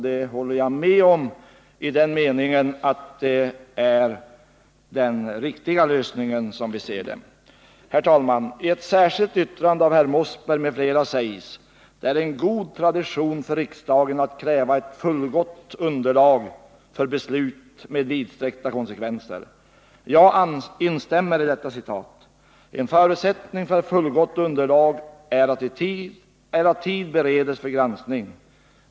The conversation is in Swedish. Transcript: Det håller jag med om i den meningen att det är den riktiga lösningen, som vi ser det. I ett särskilt yttrande av herr Mossberg m.fl. citeras ur motionen 1977/78:19: ”Det är en god tradition för riksdagen att kräva ett fullgott underlag för beslut med vidsträckta konsekvenser.” Jag instämmer i detta citat. En förutsättning för ett fullgott underlag är att tid bereds för granskning.